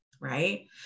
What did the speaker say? right